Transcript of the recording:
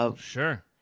Sure